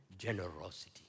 Generosity